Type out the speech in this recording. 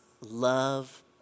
love